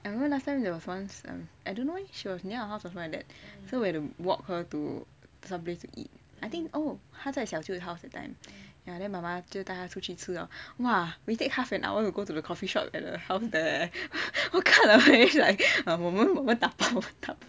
I remember last time there was once I don't know if she was near our house or void deck so have to walk her to some place to eat I think oh 她在小舅 house at that time ya then papa 就带她出去吃 hor !wah! we take half an hour to go to the coffeeshop at the house there then 我们我们打包